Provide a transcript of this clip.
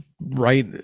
right